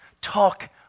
Talk